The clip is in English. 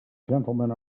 gentlemen